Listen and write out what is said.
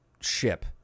ship